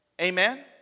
Amen